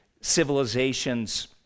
civilizations